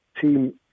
team